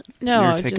No